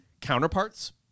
counterparts